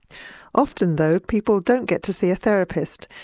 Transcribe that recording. often though people don't get to see a therapist.